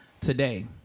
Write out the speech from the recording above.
today